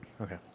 Okay